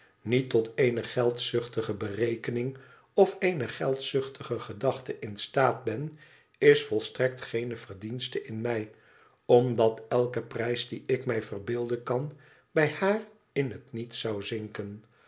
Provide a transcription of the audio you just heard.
niet tot eene geldzuchtige berekening of eene geldzuchtige gedachte in staat ben is volstrekt geene verdienste in mij omdat elke prijs dien ik mij verbeelden kan bij haar in het niet zou zinken